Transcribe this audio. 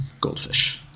goldfish